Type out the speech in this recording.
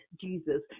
Jesus